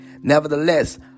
nevertheless